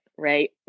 Right